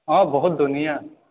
অঁ বহুত ধুনীয়া